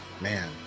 man